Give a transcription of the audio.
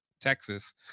Texas